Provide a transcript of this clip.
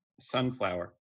Sunflower